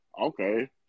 Okay